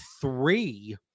three